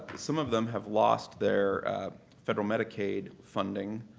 some of them have lost their federal medicaid funding.